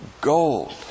gold